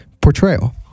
portrayal